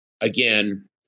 again